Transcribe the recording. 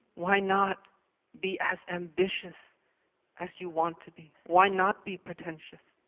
why not be as ambitious as you want to be? why not be pretentious?